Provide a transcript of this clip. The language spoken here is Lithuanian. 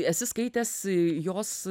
esi skaitęs jos